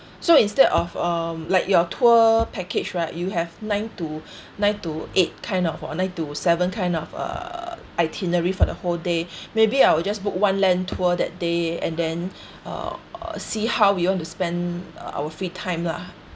so instead of um like your tour package right you have nine to nine to eight kind of or nine to seven kind of uh itinerary for the whole day maybe I will just book one land tour that day and then uh uh see how we want to spend uh our free time lah